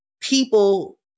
people